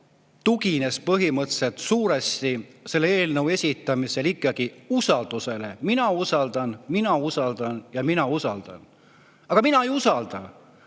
tugines põhimõtteliselt suuresti ikkagi usaldusele: mina usaldan, mina usaldan ja mina usaldan. Aga mina ei usalda!